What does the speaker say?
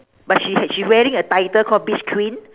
but she ha~ she wearing a title called beach queen